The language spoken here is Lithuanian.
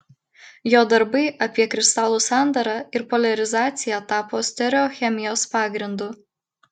jo darbai apie kristalų sandarą ir poliarizaciją tapo stereochemijos pagrindu